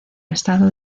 estado